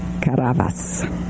Caravas